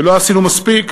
ולא עשינו מספיק.